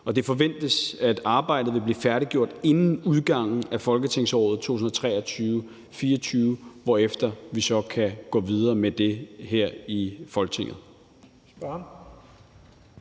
Det forventes, at arbejdet vil blive færdiggjort inden udgangen af folketingsåret 2023-24, hvorefter vi så kan gå videre med det her i Folketinget.